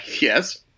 Yes